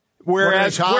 Whereas